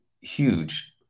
huge